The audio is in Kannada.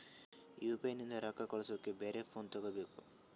ಯು.ಪಿ.ಐ ನಿಂದ ರೊಕ್ಕ ಕಳಸ್ಲಕ ಬ್ಯಾರೆ ಫೋನ ತೋಗೊಬೇಕ?